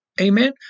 amen